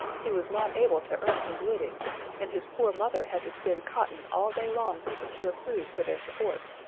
he was not able to earn his living and his poor mother had to spin cotton all day long to procure food for their support.